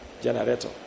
Generator